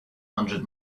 hundred